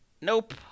Nope